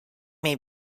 may